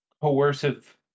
coercive